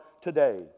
today